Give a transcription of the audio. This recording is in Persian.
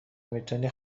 میتونی